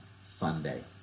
Sunday